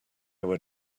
were